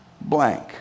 blank